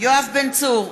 יואב בן צור,